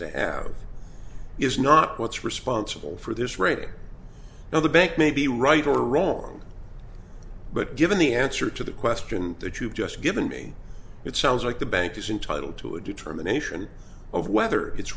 to have is not what's responsible for this rating now the bank may be right or wrong but given the answer to the question that you've just given me it sounds like the bank is entitle to a determination of whether it's